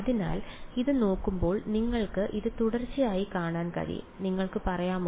അതിനാൽ ഇത് നോക്കുമ്പോൾ നിങ്ങൾക്ക് ഇത് തുടർച്ചയായി കാണാൻ കഴിയും നിങ്ങൾക്ക് പറയാമോ